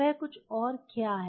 वह कुछ और क्या है